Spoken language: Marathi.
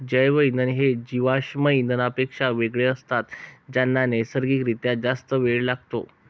जैवइंधन हे जीवाश्म इंधनांपेक्षा वेगळे असतात ज्यांना नैसर्गिक रित्या जास्त वेळ लागतो